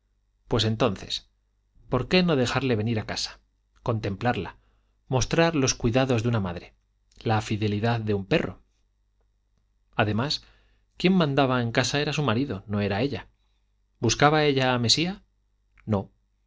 pues entonces por qué no dejarle venir a casa contemplarla mostrar los cuidados de una madre la fidelidad de un perro además quien mandaba en casa era su marido no era ella buscaba ella a mesía no